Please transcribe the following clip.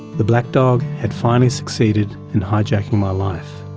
the black dog had finally succeeded in hijacking my life.